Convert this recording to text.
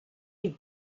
you